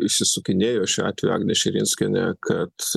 išsisukinėjo šiuo atveju agnė širinskienė kad